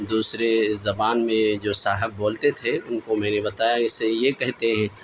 دوسرے زبان میں جو صاحب بولتے تھے ان کو میں نے بتایا کہ اسے یہ کہتے ہیں